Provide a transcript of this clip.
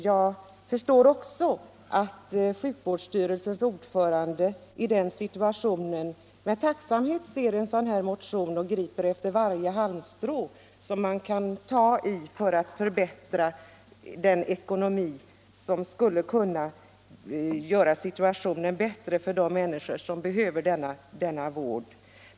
Jag förstår också att sjukvårdsstyrelsens ordförande i den situationen med tacksamhet ser en sådan här motion och griper efter varje halmstrå för att förbättra den ekonomiska situationen och därmed situationen för de människor som behöver denna vård.